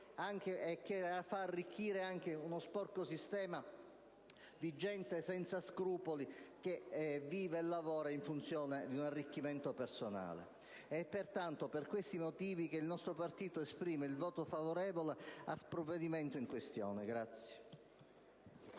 e che fa arricchire anche uno sporco sistema di gente senza scrupoli che vive e lavora in funzione di un arricchimento personale. Per questi motivi, il nostro Gruppo esprimerà voto favorevole sul provvedimento in questione.